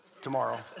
tomorrow